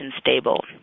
stable